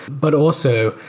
but also,